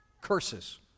Curses